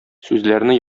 сүзләрне